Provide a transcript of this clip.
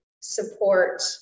support